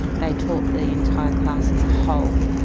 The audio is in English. they taught the entire class as a whole.